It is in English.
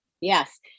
Yes